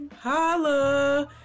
holla